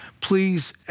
Please